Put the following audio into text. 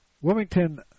Wilmington